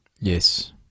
yes